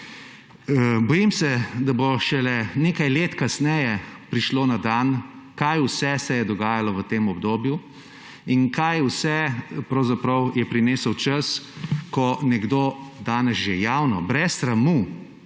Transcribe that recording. Bojim se, da bo šele nekaj let kasneje prišlo na dan, kaj vse se je dogajalo v tem obdobju in kaj vse je prinesel čas, ko nekdo danes že javno, brez sramu,